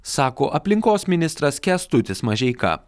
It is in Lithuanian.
sako aplinkos ministras kęstutis mažeika